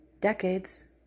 decades